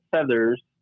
feathers